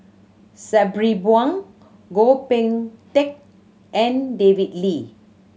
Sabri Buang Goh Boon Teck and David Lee